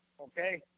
Okay